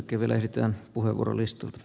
arvoisa puhemies